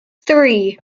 three